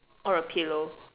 or a pillow